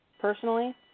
personally